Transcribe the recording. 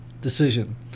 decision